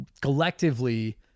collectively